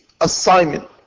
assignment